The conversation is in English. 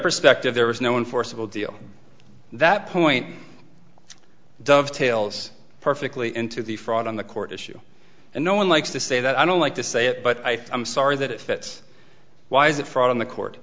perspective there was no enforceable deal that point dovetails perfectly into the fraud on the court issue and no one likes to say that i don't like to say it but i am sorry that it fits why is it fraud on the court